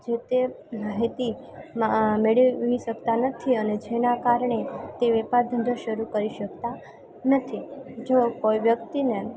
જે તે માહિતીમાં મેળવી શકતા નથી અને જેના કારણે તે વેપાર ધંધો શરૂ કરી શકતા નથી જો કોઈ વ્યક્તિને